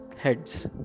heads